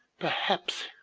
perhaps,